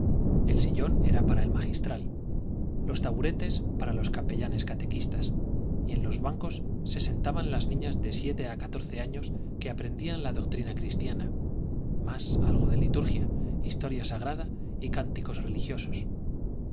el sillón era para el magistral los taburetes para los capellanes catequistas y en los bancos se sentaban las niñas de siete a catorce años que aprendían la doctrina cristiana más algo de liturgia historia sagrada y cánticos religiosos